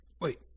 Wait